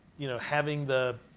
you know, having the